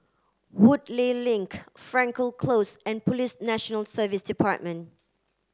Woodleigh Link Frankel Close and Police National Service Department